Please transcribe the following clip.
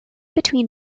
between